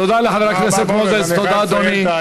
תודה לחבר הכנסת מוזס, תודה, אדוני.